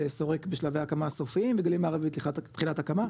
שורק בשלבי הקמה סופיים וגליל מערבי תחילת הקמה,